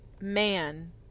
man